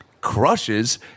crushes